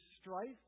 strife